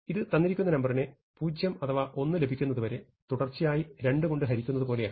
ഇത് തന്നിരിക്കുന്ന നമ്പറിനെ 0 അഥവാ 1 ലഭിക്കുന്നതുവരെ തുടർച്ചയായി 2 കൊണ്ട് ഹരിക്കുന്നതു പോലെയാണ്